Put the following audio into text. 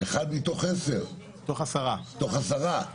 הוועדה המשותפת תהיה בת עשרה חברים,